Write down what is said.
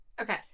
Okay